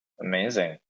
Amazing